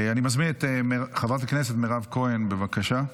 אני מזמין את חברת הכנסת מירב כהן, בבקשה.